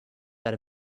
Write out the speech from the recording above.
that